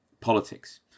politics